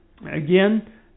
Again